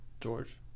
George